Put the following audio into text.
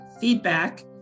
feedback